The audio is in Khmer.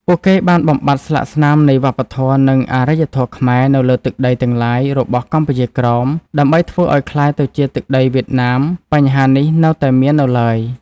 ពួកគេបានបំបាត់ស្លាកស្នាមនៃវប្បធម៌ និងអារ្យធម៌ខ្មែរ នៅលើទឹកដីទាំងឡាយ របស់កម្ពុជាក្រោម ដើម្បីធ្វើឱ្យក្លាយទៅជាទឹកដីវៀតណាម បញ្ហានេះនៅតែមាននៅឡើយ ។